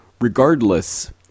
Regardless